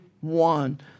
one